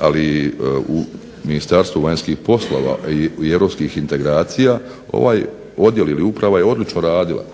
ali u Ministarstvu vanjskih poslova i europskih integracija ovaj odjel ili uprava je odlično radila